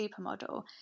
supermodel